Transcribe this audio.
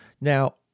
Now